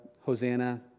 Hosanna